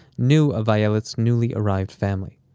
knew of ayelet's newly-arrived family.